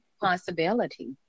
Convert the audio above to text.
possibility